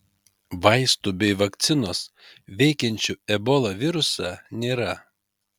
vaistų bei vakcinos veikiančių ebola virusą nėra